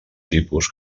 tipus